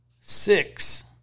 six